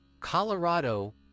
Colorado